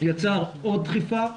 יצר עוד דחיפה.